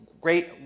great